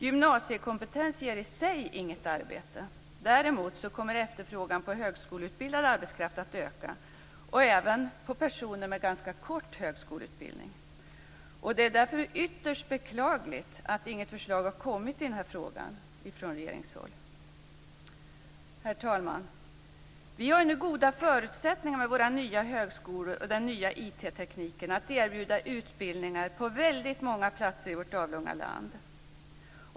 Gymnasiekompetens ger i sig inget arbete. Däremot kommer efterfrågan på högskoleutbildad arbetskraft att öka. Det gäller även personer med ganska kort högskoleutbildning. Det är därför ytterst beklagligt att inget förslag kommit från regeringshåll i den här frågan. Herr talman! Vi har nu goda förutsättningar med våra nya högskolor och den nya IT-tekniken att erbjuda utbildningar på många platser i vårt avlånga land.